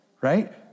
right